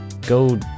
go